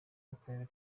w’akarere